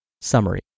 Summary